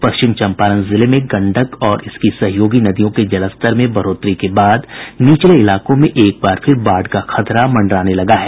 पश्चिम चंपारण जिले में गंडक और इसकी सहयोगी नदियों के जलस्तर में बढ़ोतरी के बाद निचले इलाकों में एक बार फिर बाढ़ का खतरा मंडराने लगा है